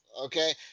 okay